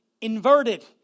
inverted